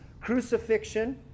crucifixion